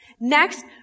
Next